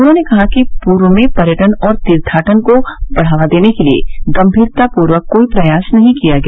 उन्होंने कहा कि पूर्व में पर्यटन और तीर्थाटन को बढ़ावा देने के लिये गंभीरता पूर्वक कोई प्रयास नहीं किया गया